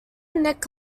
nick